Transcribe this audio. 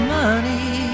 money